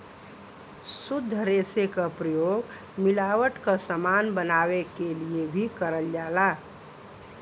शुद्ध रेसे क प्रयोग मिलावट क समान बनावे क लिए भी करल जाला